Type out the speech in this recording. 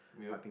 yup